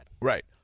Right